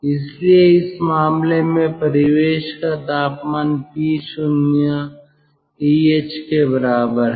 इसलिए इस मामले में परिवेश का तापमान T0 TH के बराबर है